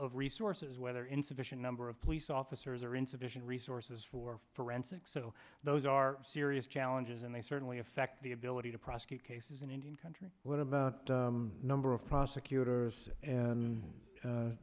of resources whether insufficient number of police officers or insufficient resources for forensics so those are serious challenges and they certainly affect the ability to prosecute cases in indian country what about number of prosecutors and